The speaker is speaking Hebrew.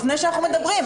לפני שאנחנו מדברים.